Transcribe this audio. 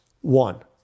One